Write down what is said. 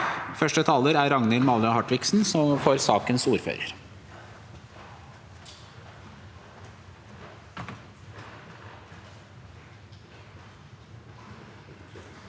Første taler er Ragnhild Male Hartviksen, for sakens ordfører.